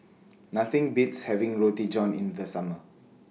Nothing Beats having Roti John in The Summer